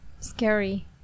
scary